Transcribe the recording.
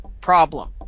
problem